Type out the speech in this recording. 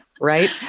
right